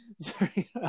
Sorry